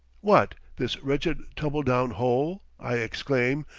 what, this wretched tumble-down hole. i exclaim,